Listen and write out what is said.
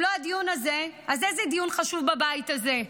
אם לא הדיון הזה, איזה דיון חשוב בבית הזה?